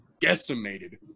decimated